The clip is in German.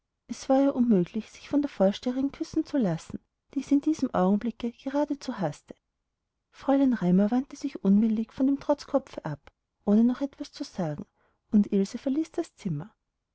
es war ihr unmöglich sich von der vorsteherin küssen zu lassen die sie in diesem augenblicke geradezu haßte fräulein raimar wandte sich unwillig von dem trotzkopfe ab ohne noch etwas zu sagen und ilse verließ das zimmer